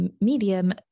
medium